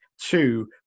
two